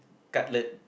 cutlet